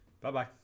Bye-bye